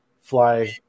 fly